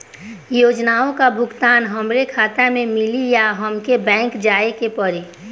योजनाओ का भुगतान हमरे खाता में मिली या हमके बैंक जाये के पड़ी?